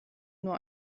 nur